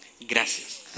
Gracias